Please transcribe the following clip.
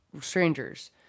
strangers